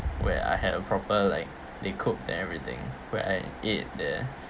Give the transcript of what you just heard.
where I had a proper like they cook everything where I ate there